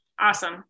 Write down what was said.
awesome